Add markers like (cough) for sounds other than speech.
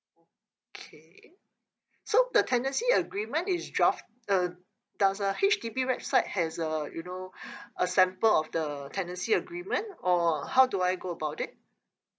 okay so the tenancy agreement is draft uh does the H_D_B website has a you know (breath) a sample of the tenancy agreement or how do I go about it